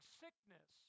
sickness